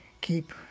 Keep